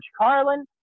Carlin